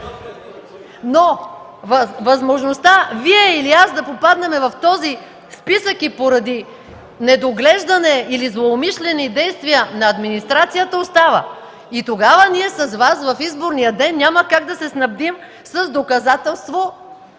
Възможността Вие или аз да попаднем в този списък и поради недоглеждане или за умишлени действия на администрацията остава. Тогава ние с Вас в изборния ден ние няма как да се снабдим с доказателство,